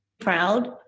proud